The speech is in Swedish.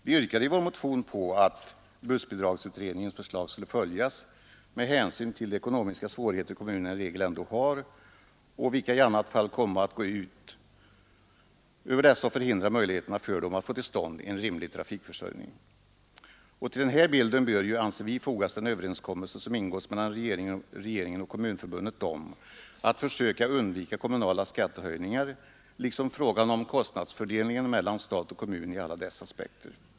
Vi yrkade i vår motion att bussbidragsutredningens förslag skulle följas med hänsyn till de ekonomiska svårigheter som kommunerna i regel ändå har och som i annat fall skulle komma att förhindra möjligheterna att få till stånd en rimlig trafikförsörjning. Till bilden hör också den överenskommelse som ingåtts mellan regeringen och Kommunförbundet om att försöka undvika kommunala skattehöjningar liksom frågan om kostnadsfördelningen mellan stat och kommun i alla dess aspekter.